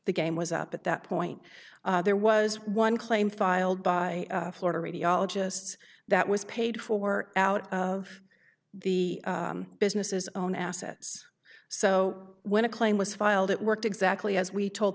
the game was up at that point there was one claim filed by florida radiologists that was paid for out of the businesses own assets so when a claim was filed it worked exactly as we told